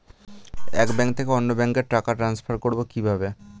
এক ব্যাংক থেকে অন্য ব্যাংকে টাকা ট্রান্সফার করবো কিভাবে?